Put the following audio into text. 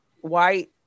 white